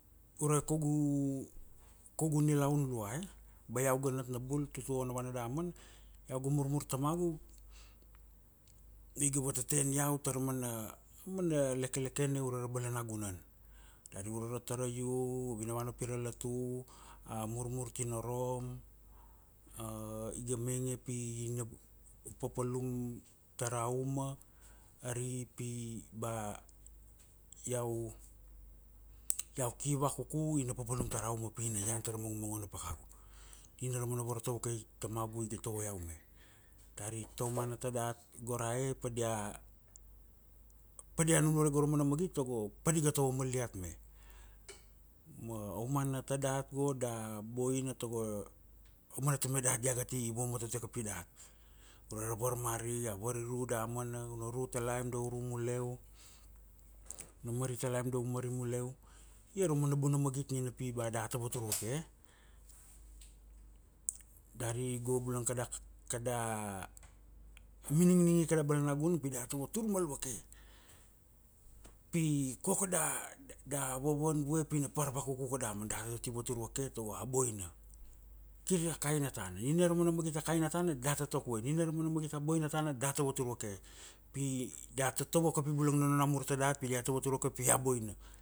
ure kaugu, ure kaugu nilaun lua e? Ba iau ga natnabul tutua vanavana damana, iau ga murmur tamagu, ma iga vatatten iau tara mana, amana lekelekene ure ra balanagunan. Dri uro ra taraiu, vinavana pira latu, a murmur tinorom, iga mainge pi ina papalum tara uma, ari pi ba, iau iau ki vakuku ina papalum tara uma. Pi na ian tara mangmangon na pakagu. Nina ra mana vartovo kai tamagu iga tovo iau me. Dari ba taumana tadat, go ra e padia, padia nunure go ra mana magit tago, pa di ga tovo mal diat me. Ma aumana tadat go da boina tago aumana tamai dat diaga ti, vamotote kapi dat. Ure ra varmari, a variru damana, una ru talaim dari u ru mule u. Una mari talaim da u mari mule u. Ia ra mana bona magit ni ba data vatur vake, Dari go bula kada, kada miningi tara balanagunan pi data vatur mal vake. Pi koko da da vavan vue pi na par vakukuka damana. Datati vatur vake tago a boina. Kir a kaina tana. Nina ra mana magit a kaina tana data takvue. Nina ra mana magit a boina tana data vatur vake. Pi data tovo kapi mule vanvana namur tadat pi diata vatur vake pi a boina